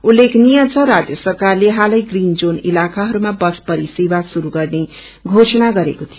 उत्लेखनीय छ राज्य सरकारले हालै ग्रीन जोन इताकाहरूमा वस परिसेवा श्रुरू गर्ने बोषणा गरेको थियो